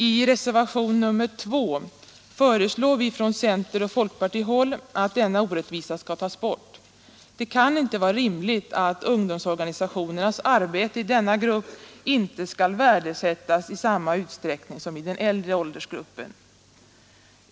I reservationen 2 föreslår vi från centeroch folkpartihåll att denna orättvisa skall tas bort. Det kan inte vara rimligt att ungdomsorganisationernas arbete i denna grupp inte skall värdesättas på samma sätt som arbetet i den äldre åldersgruppen.